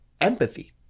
empathy